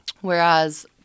Whereas